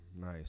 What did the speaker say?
nice